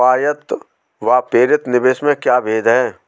स्वायत्त व प्रेरित निवेश में क्या भेद है?